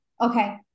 Okay